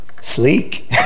Sleek